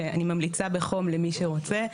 שאני ממליצה בחום למי שרוצה.